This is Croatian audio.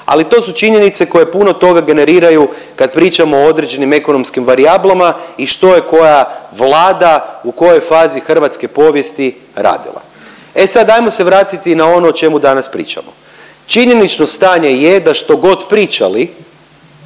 ali to su činjenice koje puno tog generiraju kad pričamo o određenim ekonomskim varijablama i što je koja vlada u kojoj fazi hrvatske povijesti radila. E sad, ajmo se vratiti na ono o čemu danas pričamo. Činjenično stanje je da što god pričali